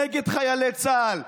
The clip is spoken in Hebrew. נגד חיילי צה"ל,